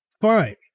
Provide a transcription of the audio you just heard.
fine